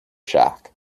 shock